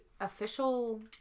official